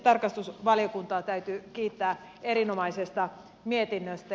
tarkastusvaliokuntaa täytyy kiittää erinomaisesta mietinnöstä